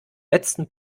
letzten